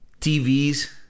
tvs